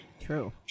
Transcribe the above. True